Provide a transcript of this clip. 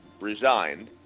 resigned